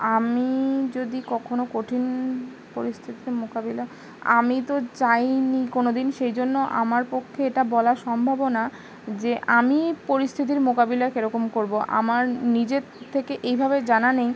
আমি যদি কখনো কঠিন পরিস্থিতির মোকাবিলা আমি তো চাই নি কোনো দিন সেই জন্য আমার পক্ষে এটা বলা সম্ভব না যে আমি পরিস্থিতির মোকাবিলা কেরকম করবো আমার নিজের থেকে এইভাবে জানা নেই